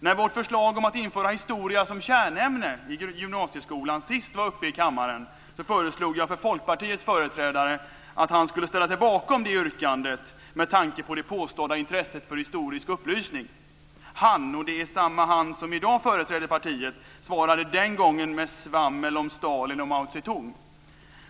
När vårt förslag om att införa historia som kärnämne i gymnasieskolan senast var uppe i kammaren föreslog jag att Folkpartiets företrädare skulle ställa sig bakom det yrkandet med tanke på det påstådda intresset för historisk upplysning. Han, och det är samma han som i dag företräder partiet, svarade den gången med svammel om Stalin och Mao Zedong.